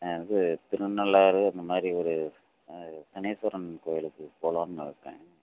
இது திருநள்ளாறு அந்த மாதிரி ஒரு சனீஸ்வரன் கோயிலுக்கு போகலான்னு இருக்கேன்